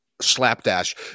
slapdash